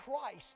Christ